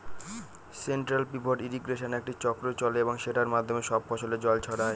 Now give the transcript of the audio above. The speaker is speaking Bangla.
সেন্ট্রাল পিভট ইর্রিগেশনে একটি চক্র চলে এবং সেটার মাধ্যমে সব ফসলে জল ছড়ায়